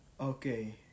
okay